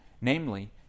namely